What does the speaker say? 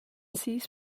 sis